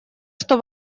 что